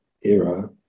era